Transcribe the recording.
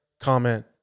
comment